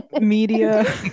media